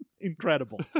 Incredible